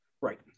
Right